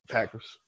Packers